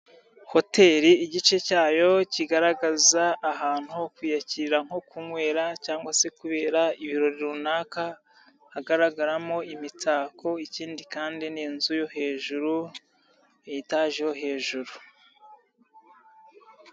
Hoteri igice cyayo kigaragaza ahantu ho kwiyakira nko kunywera cyangwa se kubera ibiro runaka, hagaragaramo imitako, ikindi kandi ni inzu yo hejuru, ni etage yo hejuru.